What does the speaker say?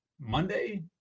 Monday